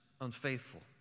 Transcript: unfaithful